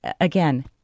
again